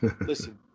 Listen